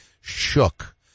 shook